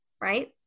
right